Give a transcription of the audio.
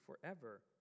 forever